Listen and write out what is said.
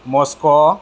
Moscow